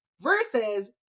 versus